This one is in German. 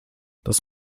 das